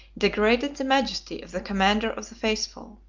degraded the majesty of the commander of the faithful.